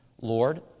Lord